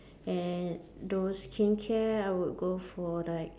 and those skincare I would go for like